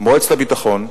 מועצת הביטחון,